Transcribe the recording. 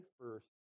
first